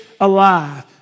alive